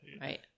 right